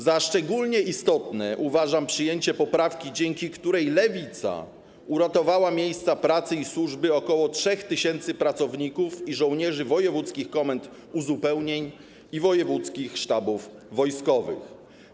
Za szczególnie istotne uważam przyjęcie poprawki, dzięki której Lewica uratowała miejsca pracy i służby około 3 tys. pracowników i żołnierzy wojewódzkich komend uzupełnień i wojewódzkich sztabów wojskowych.